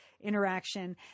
interaction